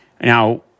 Now